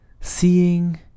seeing